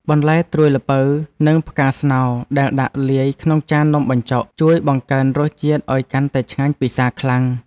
បន្លែត្រួយល្ពៅនិងផ្កាស្នោដែលដាក់លាយក្នុងចាននំបញ្ចុកជួយបង្កើនរសជាតិឱ្យកាន់តែឆ្ងាញ់ពិសាខ្លាំង។